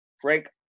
Frank